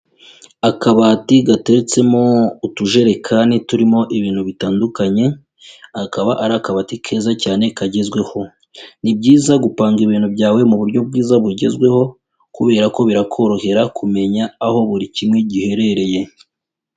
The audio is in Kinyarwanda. Akabati gateretsemo utujerekani turimo ibintu bitandukanye, akaba ari akabati keza cyane kagezweho. Ni byiza gupanga ibintu byawe mu buryo bwiza bugezweho kubera ko birakorohera kumenya aho buri kimwe giherereye.